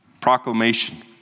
proclamation